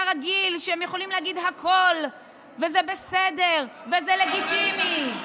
וזה לגיטימי.